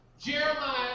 Jeremiah